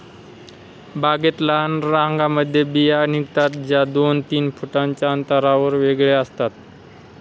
बागेत लहान रांगांमध्ये बिया निघतात, ज्या दोन तीन फुटांच्या अंतरावर वेगळ्या असतात